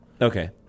Okay